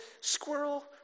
Squirrel